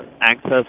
access